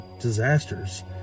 disasters